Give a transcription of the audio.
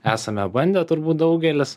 esame bandę turbūt daugelis